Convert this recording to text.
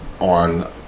on